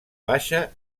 baixa